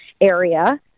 area